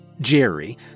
Jerry